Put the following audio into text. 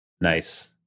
Nice